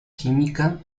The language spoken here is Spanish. química